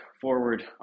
forward